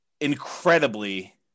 incredibly